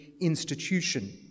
institution